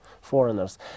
foreigners